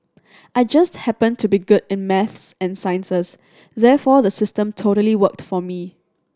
I just happened to be good in maths and sciences therefore the system totally worked for me